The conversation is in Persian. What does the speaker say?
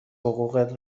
حقوقت